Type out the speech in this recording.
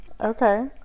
Okay